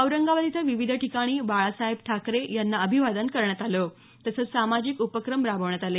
औरंगाबाद इथं विविध ठिकाणी बाळासाहेब ठाकरे यांना अभिवादन करण्यात आलं तसंच सामाजिक उपक्रम राबवण्यात आले